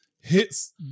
hits